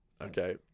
Okay